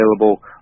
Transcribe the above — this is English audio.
available